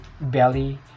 belly